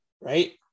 right